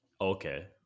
okay